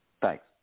Thanks